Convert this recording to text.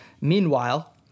Meanwhile